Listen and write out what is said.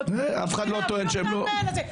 --- אף אחד לא טוען שהם לא עובדים.